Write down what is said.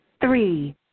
Three